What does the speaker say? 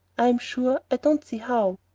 i'm sure i don't see how.